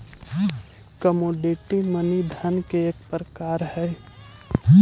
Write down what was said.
commodity money धन के एक प्रकार हई